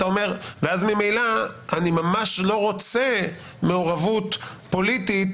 ממילא אני ממש לא רוצה מעורבות פוליטית